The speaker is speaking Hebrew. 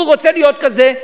והוא רוצה להיות כזה,